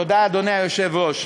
תודה, אדוני היושב-ראש.